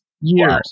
years